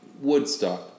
Woodstock